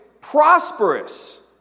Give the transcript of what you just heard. prosperous